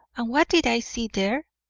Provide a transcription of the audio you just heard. and what did i see there?